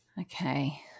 Okay